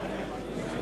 נכנס.